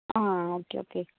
ആ okay okay